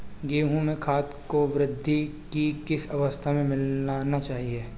गेहूँ में खाद को वृद्धि की किस अवस्था में मिलाना चाहिए?